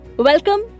Welcome